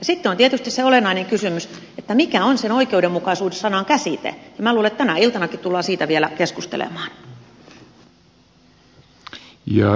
sitten on tietysti se olennainen kysymys mikä on sen oikeudenmukaisuus sanan käsite ja minä luulen että tänä iltanakin tullaan siitä vielä keskustelemaan